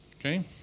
Okay